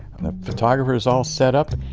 and the photographer's all set up,